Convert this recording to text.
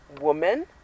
woman